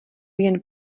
jen